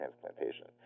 transplantation